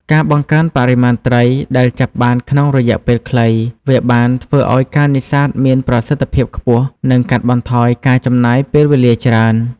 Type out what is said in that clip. ការបង្កើនបរិមាណត្រីដែលចាប់បានក្នុងរយៈពេលខ្លី វាបានធ្វើឱ្យការនេសាទមានប្រសិទ្ធភាពខ្ពស់ និងកាត់បន្ថយការចំណាយពេលវេលាច្រើន។